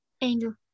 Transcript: Angel